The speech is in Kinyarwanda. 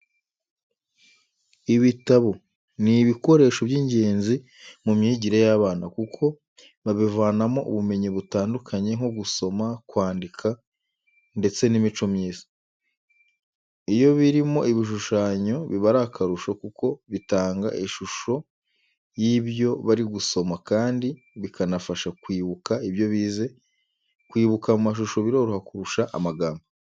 Ibitabo ni ibikoresho by'ingenzi mu myigire y'abana, kuko babivanamo ubumenyi butandukanye nko gusoma, kwandika, ndetse n'imico myiza. Iyo birimo ibishushanyo biba akarusho kuko bitanga ishusho y'ibyo bari gusoma kandi bikanabafasha kwibuka ibyo bize, kwibuka amashusho biroroha kurusha amagambo.